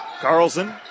Carlson